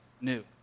new